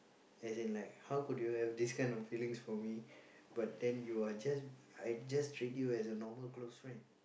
as in like how could you have this kind of feelings for me but then you are just I just treat you as a normal close friend